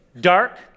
dark